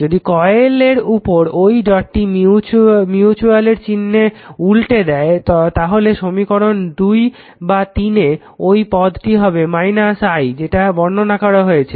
যদি কয়েলের উপর ঐ ডটটি মিউটুয়ালের চিহ্ন উল্টে দেয় তাহলে সমীকরণ 2 বা 3 এ ঐ পদটি হবে -I যেটা বর্ণনা করা আছে